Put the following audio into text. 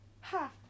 Ha